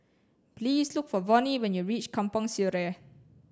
please look for Vonnie when you reach Kampong Sireh